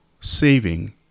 saving